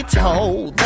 told